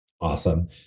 Awesome